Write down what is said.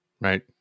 right